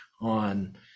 on